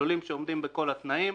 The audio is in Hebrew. לולים שיעמדו בכל התנאים,